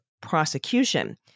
prosecution